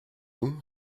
nous